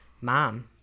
mom